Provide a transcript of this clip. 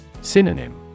Synonym